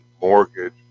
mortgage